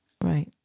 Right